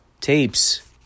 tapes